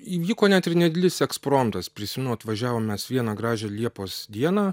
įvyko net ir nedidelis ekspromtas prisimenu atvažiavom mes vieną gražią liepos dieną